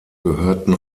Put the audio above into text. gehörten